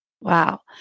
Wow